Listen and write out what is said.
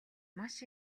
маш